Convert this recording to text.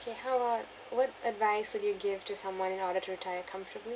okay how about what advice would you give to someone in order to retire comfortably